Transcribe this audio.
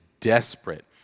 desperate